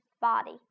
body